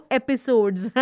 episodes